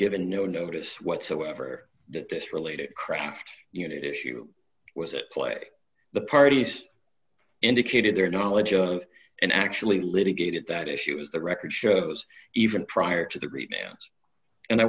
given no notice whatsoever that this related craft unit issue was at play the parties indicated their knowledge of and actually litigated that issue was the record shows even prior to the